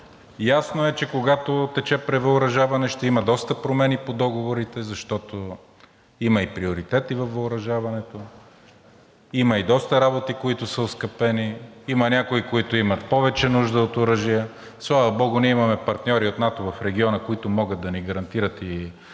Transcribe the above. Ясно е, че когато тече превъоръжаване, ще има доста промени по договорите, защото има и приоритети във въоръжаването, има и доста работи, които са оскъпени, има някои, които имат повече нужда от оръжия. Слава богу, ние имаме партньори от НАТО в региона, които могат да ни гарантират и